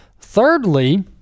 Thirdly